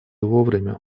вовремя